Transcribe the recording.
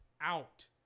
out